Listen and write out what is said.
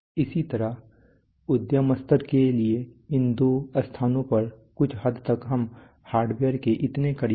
इसी तरह उद्यम स्तर के लिए इन दो स्थानों पर कुछ हद तक हम हार्डवेयर के इतने करीब नहीं है